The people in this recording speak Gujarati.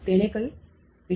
તેણે કહ્યું મિ